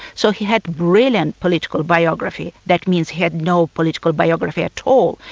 so he had brilliant political biography, that means he had no political biography at all,